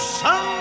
sun